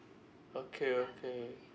okay okay